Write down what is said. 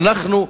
שאנחנו,